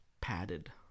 Padded